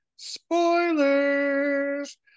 spoilers